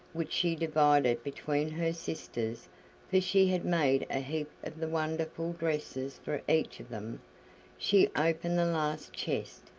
which she divided between her sisters for she had made a heap of the wonderful dresses for each of them she opened the last chest,